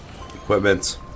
Equipments